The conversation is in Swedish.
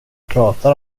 pratar